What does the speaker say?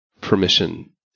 permission